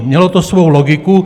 Mělo to svou logiku.